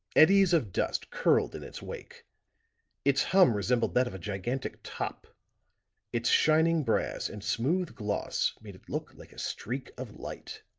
eddies of dust curled in its wake its hum resembled that of a gigantic top its shining brass and smooth gloss made it look like a streak of light.